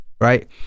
right